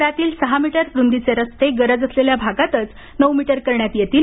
शहरातील सहा मीटर रुंदीचे रस्ते गरज असलेल्या भागातच नऊ मीटर करण्यात येतील